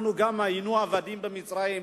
אנחנו גם היינו עבדים במצרים,